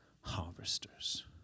harvesters